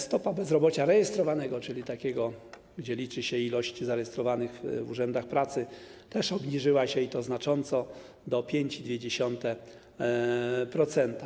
Stopa bezrobocia rejestrowanego, czyli takiego, gdzie liczy się ilość zarejestrowanych w urzędach pracy, też obniżyła się, i to znacząco, do 5,2%.